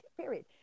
period